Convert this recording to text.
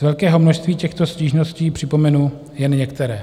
Z velkého množství těchto stížností připomenu jen některé.